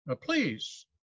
Please